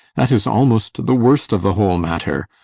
that is almost the worst of the whole matter.